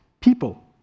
people